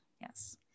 Yes